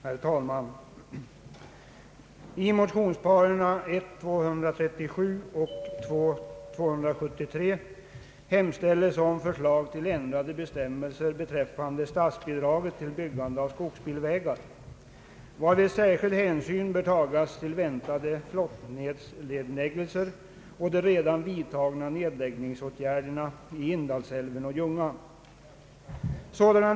Herr talman! I motionsparet I: 237 och II: 273 hemställes om förslag till ändrade «bestämmelser = beträffande statsbidraget till byggande av skogsbilvägar, varvid särskild hänsyn bör tagas till väntade flottledsnedläggelser och de redan vidtagna nedläggningsåtgärderna i Indalsälven och Ljungan.